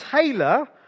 Taylor